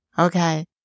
Okay